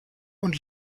und